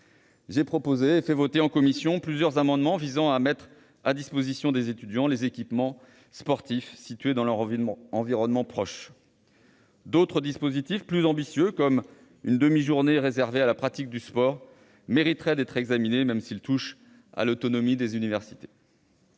J'ai proposé et fait adopter en commission plusieurs amendements visant à mettre à disposition des étudiants les équipements sportifs situés dans environnement proche. D'autres dispositifs plus ambitieux, comme celui réservant une demi-journée à la pratique du sport, mériteraient d'être examinés, même s'ils touchent à l'autonomie des universités.